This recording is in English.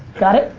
got it?